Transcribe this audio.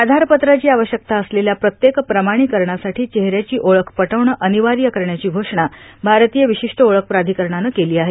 आधार पत्राची आवश्यकता असलेल्या प्रत्येक प्रमाणीकरणासाठी चेहऱ्याची ओळख पटवणं अनिवार्य करण्याची घोषणा भारतीय विशिष्ट ओळख प्राधिकरणानं केली आहे